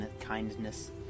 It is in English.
kindness